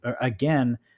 again